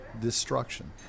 destruction